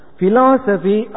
philosophy